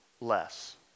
less